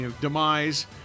demise